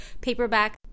paperback